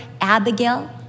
Abigail